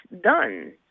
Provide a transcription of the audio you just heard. done